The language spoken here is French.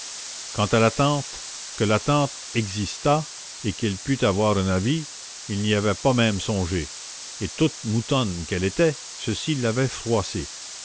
quant à la tante que la tante existât et qu'elle pût avoir un avis il n'y avait pas même songé et toute moutonne qu'elle était ceci l'avait